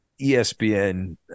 ESPN